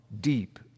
deep